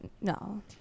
No